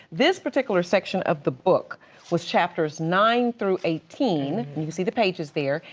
this particular section of the book was chapters nine through eighteen and you can see the pages there.